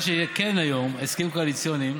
מה שיהיה היום: הסכמים קואליציוניים